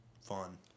fun